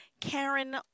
Karen